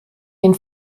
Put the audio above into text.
den